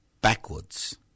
backwards